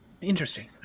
Interesting